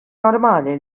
normali